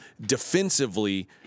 Defensively